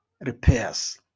repairs